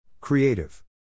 Creative